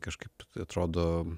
kažkaip atrodo